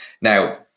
Now